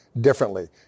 differently